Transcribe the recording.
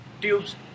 tubes